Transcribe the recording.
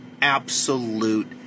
absolute